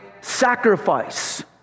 sacrifice